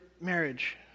marriage